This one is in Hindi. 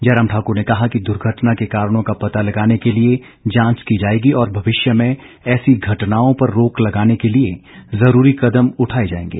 जयराम ठाकुर ने कहा कि दुर्घटना के कारणों का पता लगाने के लिए जांच की जाएगी और भविष्य में ऐसी घटनाओं पर रोक लगाने के लिए जरूरी कदम उठाए जाएंगे